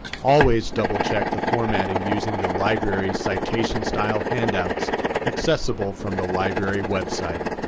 always double check the formatting using the library's citation style handouts accessible from the library web site